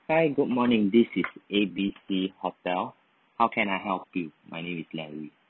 hi good morning this is A B C hotel how can I help you my name is larry